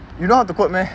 you know how to code meh